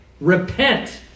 Repent